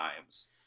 times